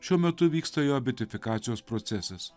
šiuo metu vyksta jo beatifikacijos procesas